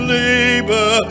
labor